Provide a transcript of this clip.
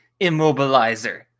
immobilizer